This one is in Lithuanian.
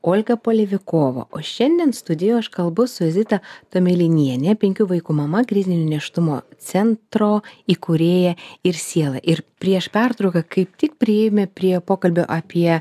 olga polevikova o šiandien studijoj aš kalbu su zita tomilinienė penkių vaikų mama krizinio nėštumo centro įkūrėja ir siela ir prieš pertrauką kaip tik priėjome prie pokalbio apie